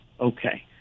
Okay